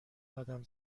قدم